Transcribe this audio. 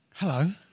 Hello